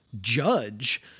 judge